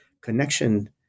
Connection